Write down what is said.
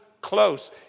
close